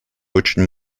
очень